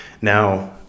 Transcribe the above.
Now